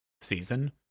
season